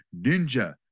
Ninja